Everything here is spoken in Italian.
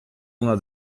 una